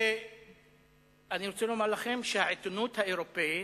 אני רוצה לומר לכם שהעיתונות האירופית